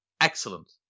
Excellent